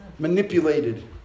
manipulated